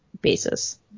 basis